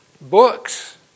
books